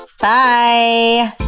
Bye